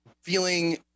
feeling